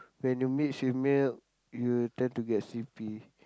when you mix with milk you will tend to get sleepy